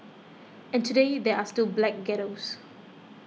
and today there are still black ghettos